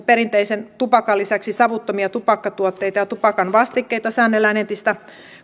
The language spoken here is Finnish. perinteisen tupakan lisäksi savuttomia tupakkatuotteita ja tupakanvastikkeita säännellään entistä